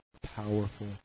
powerful